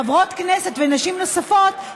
חברות כנסת ונשים נוספות,